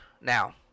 Now